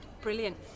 brilliant